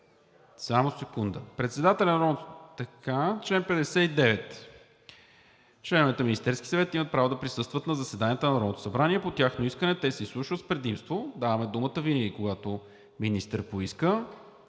секунда, господин Шишков. „Чл. 59. Членовете на Министерския съвет имат право да присъстват на заседанията на Народното събрание. По тяхно искане те се изслушват с предимство.“ Даваме думата винаги, когато министър поиска.